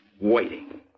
waiting